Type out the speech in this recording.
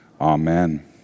Amen